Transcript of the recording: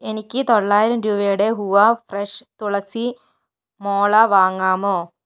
എനിക്ക് തൊള്ളായിരം രൂപയുടെ ഹൂവ ഫ്രഷ് തുളസി മോള വാങ്ങാമോ